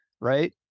right